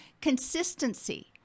consistency